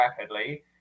rapidly